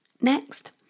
Next